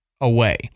away